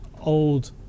old